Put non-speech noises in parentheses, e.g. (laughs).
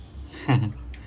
(laughs)